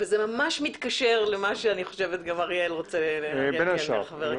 ממש מתקשר למה שאני חושבת אריאל רוצה לדבר עליו.